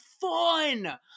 fun